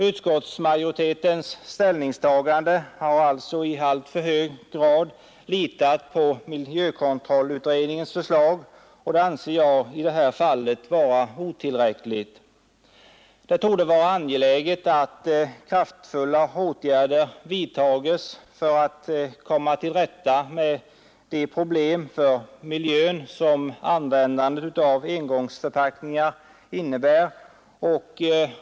Utskottsmajoriteten har alltså i sitt ställningstagande i alltför hög grad litat till miljökontrollutredningens förslag, och det anser jag i det här fallet vara otillräckligt. Det torde vara angeläget att kraftfulla åtgärder vidtas för att komma till rätta med de problem för miljön som användandet av engångsför packningar innebär.